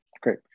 Great